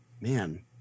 Man